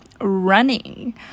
running